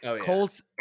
Colts